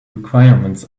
requirements